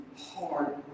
hard